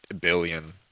billion